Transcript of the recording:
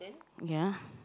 ya